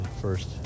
first